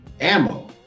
ammo